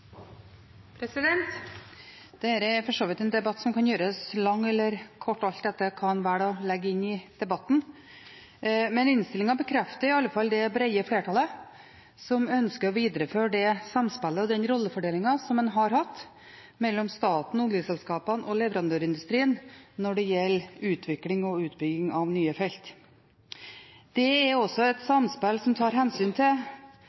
er for så vidt en debatt som kan gjøres lang eller kort, alt etter hva en velger å legge inn i debatten. Men innstillingen bekrefter i alle fall det brede flertallet som ønsker å videreføre det samspillet og den rollefordelingen som en har hatt mellom staten, oljeselskapene og leverandørindustrien når det gjelder utvikling og utbygging av nye felt. Det er et samspill som også tar hensyn til